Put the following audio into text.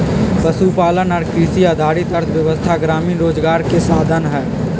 पशुपालन और कृषि आधारित अर्थव्यवस्था ग्रामीण रोजगार के साधन हई